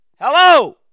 Hello